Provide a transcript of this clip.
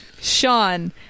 Sean